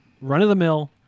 run-of-the-mill